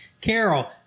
Carol